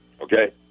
okay